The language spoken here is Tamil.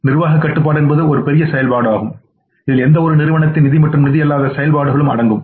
நிர்வாக கட்டுப்பாடு என்பது ஒரு பெரிய செயல்பாடாகும் இதில் எந்தவொரு நிறுவனத்தின் நிதி மற்றும் நிதி அல்லாத செயல்பாடுகளும் அடங்கும்